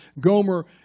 Gomer